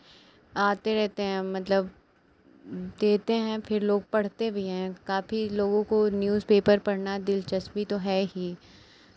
आते रहते हैं मतलब देते हैं फिर लोग पढ़ते भी हैं काफी लोगों को न्यूज़पेपर पढ़ना दिलचस्पी तो है ही